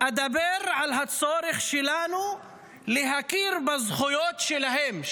אדבר על הצורך שלנו להכיר בזכויות שלהם.